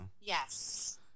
yes